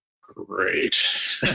great